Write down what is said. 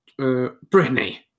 Britney